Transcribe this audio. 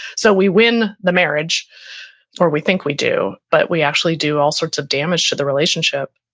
so we win the marriage or we think we do, but we actually do all sorts of damage to the relationship.